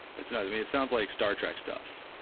that's another thing, it sounds like star trek stuff